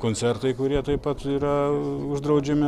koncertai kurie taip pat yra uždraudžiami